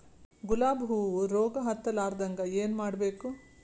ಗುಲಾಬ್ ಹೂವು ರೋಗ ಹತ್ತಲಾರದಂಗ ಏನು ಮಾಡಬೇಕು?